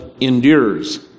endures